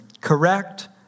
Correct